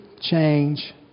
change